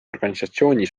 organisatsiooni